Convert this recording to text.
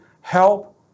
help